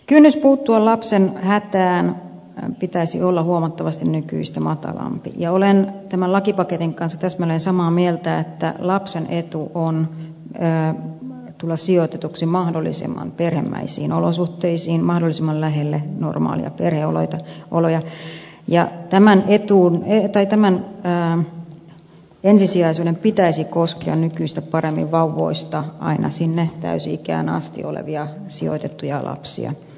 kynnyksen puuttua lapsen hätään pitäisi olla huomattavasti nykyistä matalampi ja olen tämän lakipaketin kanssa täsmälleen samaa mieltä että lapsen etu on tulla sijoitetuksi mahdollisimman perhemäisiin olosuhteisiin mahdollisimman lähelle normaaleja perheoloja ja tämän ensisijaisuuden pitäisi koskea nykyistä paremmin vauvoista alkaen aina sinne täysi ikään asti olevia sijoitettuja lapsia